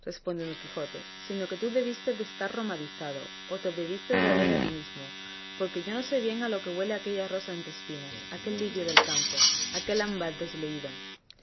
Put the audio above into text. respondió don quijote sino que tú debías de estar romadizado o te debiste de oler a ti mismo porque yo sé bien a lo que huele aquella rosa entre espinas aquel lirio del campo aquel ámbar desleído